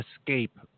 escape